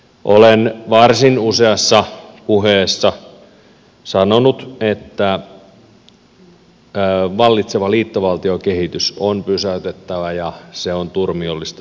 olen varsin useassa puheessa sanonut että vallitseva liittovaltiokehitys on pysäytettävä ja se on turmiollinen suomelle